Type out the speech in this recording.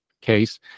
case